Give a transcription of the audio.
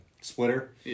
splitter